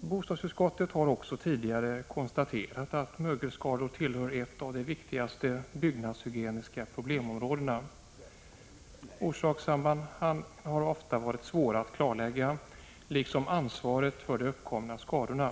Bostadsutskottet har också tidigare konstaterat att mögelskador är ett av de viktigaste byggnadshygieniska problemområdena. Orsakssambanden har ofta varit svåra att klarlägga liksom ansvaret för de uppkomna skadorna.